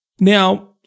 Now